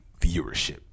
viewership